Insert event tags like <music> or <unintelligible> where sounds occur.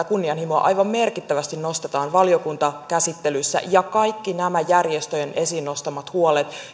<unintelligible> kunnianhimoa aivan merkittävästi nostetaan valiokuntakäsittelyssä ja kaikki nämä järjestöjen esiin nostamat huolet